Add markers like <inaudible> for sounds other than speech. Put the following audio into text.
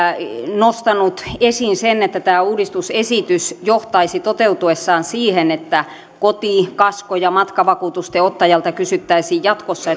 nostanut esiin sen että tämä uudistusesitys johtaisi toteutuessaan siihen että koti kasko ja matkavakuutusten ottajalta kysyttäisiin jatkossa <unintelligible>